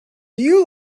you